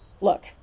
Look